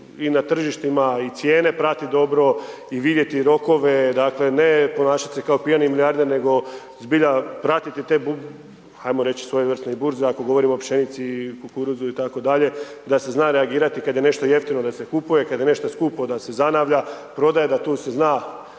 i na tržištima i cijene pratiti dobro i vidjeti rokove. Dakle ne ponašati se kao pijani milijarder, nego zbilja pratiti te, ajmo reći i svojevrsne i burze ako govorimo o pšenici i kukuruzu itd., da se zna reagirati kada je nešto jeftino da se kupuje, kada je nešto skupo da se zanavlja, prodaje. Da tu se zna,